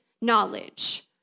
knowledge